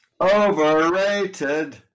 Overrated